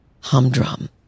humdrum